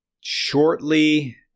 shortly